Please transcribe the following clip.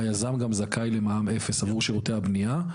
היזם גם זכאי למע"מ אפס עבור שירותי הבנייה.